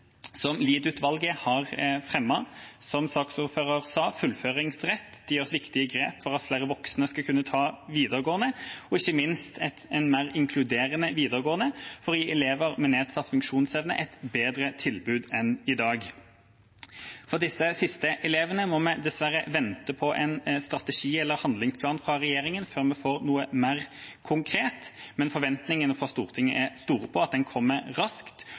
som Lied-utvalget har fremmet, slik saksordføreren sa, som fullføringsrett. Det gjøres viktige grep for at flere voksne skal kunne ta videregående, og ikke minst for en mer inkluderende videregående skole for å gi elever med nedsatt funksjonsevne et bedre tilbud enn i dag. For disse siste elevene må vi dessverre vente på en strategi eller handlingsplan fra regjeringa før vi får noe mer konkret, men forventningene fra Stortinget er store til at den kommer raskt